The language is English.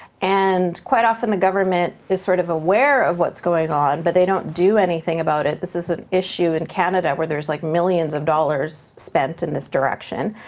and quite often the government is sort of aware of what's going on, but they don't do anything about it. this is an issue in canada where there's like millions of dollars spent in this direction,